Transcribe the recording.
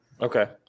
Okay